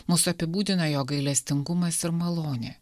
mus apibūdina jo gailestingumas ir malonė